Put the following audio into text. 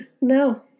No